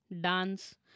dance